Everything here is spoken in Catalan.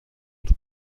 als